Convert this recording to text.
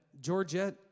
Georgette